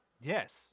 Yes